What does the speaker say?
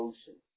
Ocean